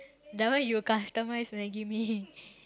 that one you customise Maggi mee